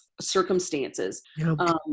circumstances